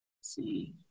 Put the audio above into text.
see